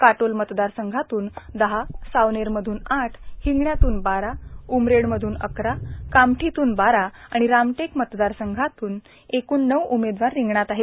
काटोल मतदारसंघातून दहा सावनेरमधून आठ हिंगण्यातून बारा उमरेडमधून अकरा कामठीतून बारा आणि रामटेक मतदारसंघातून एकूण नऊ उमेदवार रिंगणात आहेत